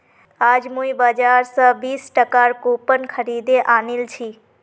आज मुई बाजार स बीस टकार कूपन खरीदे आनिल छि